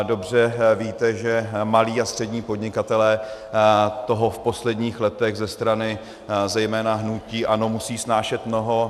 Dobře víte, že malí a střední podnikatelé toho v posledních letech ze strany zejména hnutí ANO musí snášet mnoho.